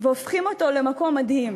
והופכים אותו למקום מדהים,